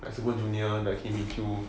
super junior the kim hee chui